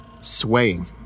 swaying